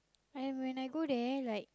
I when I go there like